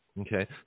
Okay